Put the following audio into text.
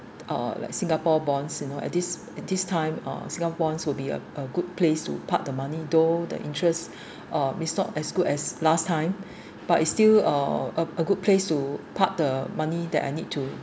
uh like singapore bonds you know at this at this time uh singapore bonds will be a a good place to park the money though the interest uh may not as good as last time but it's still uh a good place to park the money that I need to